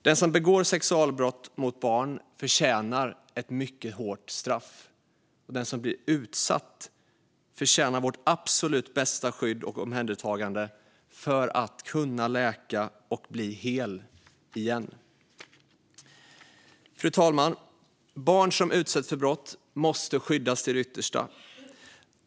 Den som begår sexualbrott mot barn förtjänar ett mycket hårt straff, och den som blir utsatt förtjänar vårt absolut bästa skydd och omhändertagande för att kunna läka och bli hel igen. Fru talman! Barn som utsätts för brott måste skyddas till det yttersta.